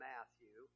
Matthew